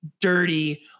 dirty